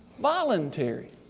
voluntary